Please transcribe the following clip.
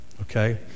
Okay